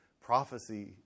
prophecy